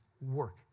work